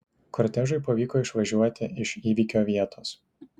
kortežui pavyko išvažiuoti iš įvykio vietos